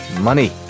money